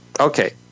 okay